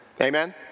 Amen